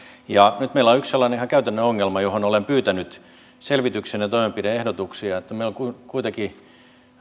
nyt meillä on yksi sellainen ihan käytännön ongelma johon olen pyytänyt selvityksen ja toimenpide ehdotuksia että meillä on kuitenkin